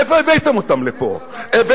מאיפה הבאתם אותם לפה?